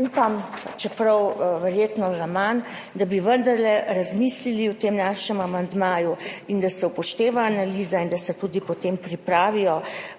upam, čeprav verjetno zaman, da bi vendarle razmislili o tem našem amandmaju in da se upošteva analiza in da se tudi potem pripravijo